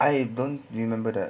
I don't remember that